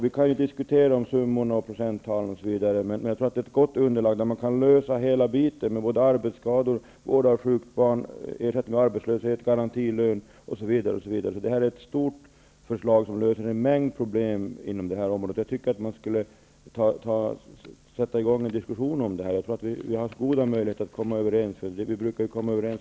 Vi kan diskutera om summorna och procenttalen osv., men jag tror att vårt förslag utgör ett gott underlag för att lösa hela biten med arbetsskador, vård av sjukt barn, ersättning vid arbetslöshet, garantilön m.m. Detta är ett omfattande förslag som löser en mängd problem inom detta område. Det borde startas en diskussion om förslaget. Jag tror att vi har goda möjligheter att komma överens. Vi brukar ju annars komma överens.